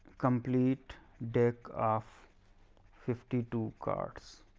complete duck of fifty two cards.